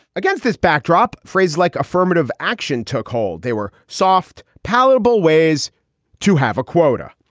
against this backdrop, phrases like affirmative action took hold. they were soft, palatable ways to have a quota.